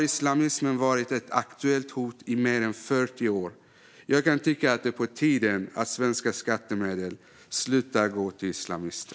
Islamismen har varit ett aktuellt hot i mer än 40 år, och det är på tiden att svenska skattemedel slutar gå till islamister.